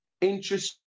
interest